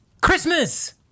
Christmas